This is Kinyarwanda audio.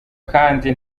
kandi